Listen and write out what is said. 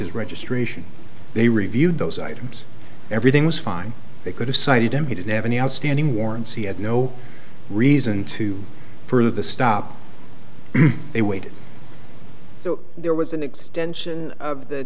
his registration they reviewed those items everything was fine they could have cited him he didn't have any outstanding warrants he had no reason to further the stop they waited so there was an extension of the